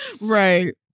Right